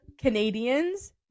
Canadians